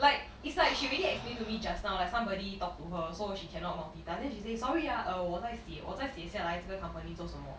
like it's like she already explained to me just now like somebody talk to her so she cannot multitask then she say sorry ah uh 我在写我在写下来这个 company 做什么